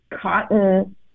cotton